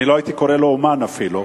אני לא הייתי קורא לו אמן, אפילו.